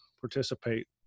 participate